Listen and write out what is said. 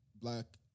black